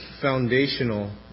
foundational